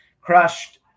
Crushed